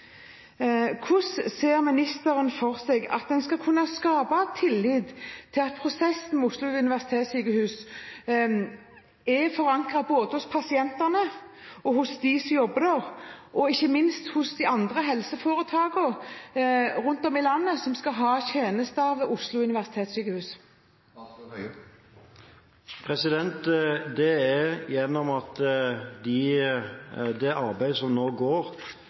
Hvordan ser ministeren for seg at han skal kunne skape tillit til at prosessen ved Oslo universitetssykehus er forankret hos pasientene, de som jobber der og ikke minst de andre helseforetakene rundt omkring i landet, som skal ha tjenester av Oslo universitetssykehus? Det skjer gjennom det arbeidet som nå pågår om hvordan Oslo universitetssykehus skal utvikle seg framover, og at det